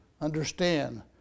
understand